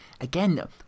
again